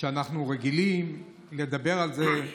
אנחנו רגילים לדבר על זה,